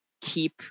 keep